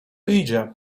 idzie